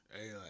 Hey